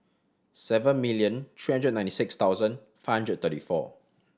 seven million three hundred and ninety six thousand five hundred thirty four